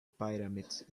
pyramids